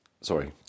Sorry